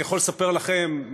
אני יכול לספר לכם,